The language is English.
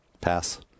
Pass